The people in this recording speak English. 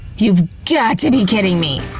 you've got to be kidding me.